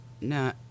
No